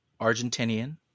Argentinian